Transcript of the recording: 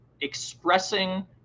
expressing